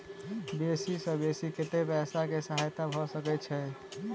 बेसी सऽ बेसी कतै पैसा केँ सहायता भऽ सकय छै?